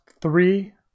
three